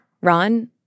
Ron